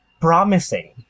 promising